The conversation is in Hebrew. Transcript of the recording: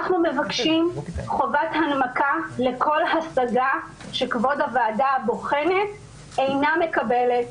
אנחנו מבקשים חובת הנמקה לכל השגה שכבוד הוועדה אינה מקבלת.